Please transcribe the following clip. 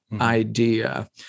Idea